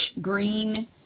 green